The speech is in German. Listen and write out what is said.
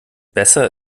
besser